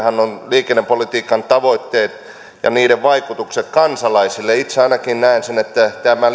liikennepolitiikan tavoitteet ja niiden vaikutukset kansalaisiin itse ainakin näen sen että tämä